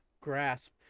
grasp